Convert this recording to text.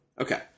okay